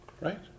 Right